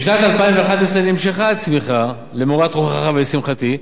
בשנת 2011 נמשכה הצמיחה, למורת רוחך ולשמחתי,